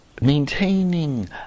Maintaining